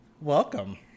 welcome